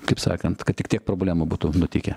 kaip sakant kad tik tiek problemų būtų nutikę